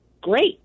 great